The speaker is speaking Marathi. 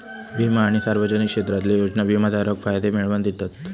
विमा आणि सार्वजनिक क्षेत्रातले योजना विमाधारकाक फायदे मिळवन दितत